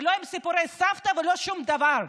ולא עם סיפורי סבתא ולא שום דבר.